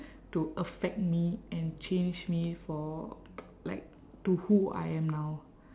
to affect me and change me for like to who I am now